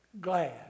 glad